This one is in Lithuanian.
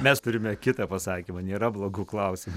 mes turime kitą pasakymą nėra blogų klausimų